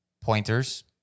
pointers